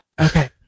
Okay